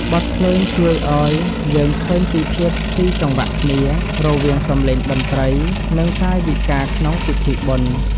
បទភ្លេងជួយឱ្យយើងឃើញពីភាពស៊ីចង្វាក់គ្នា រវាងសំឡេងតន្ត្រី និងកាយវិការក្នុងពិធីបុណ្យ។